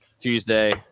Tuesday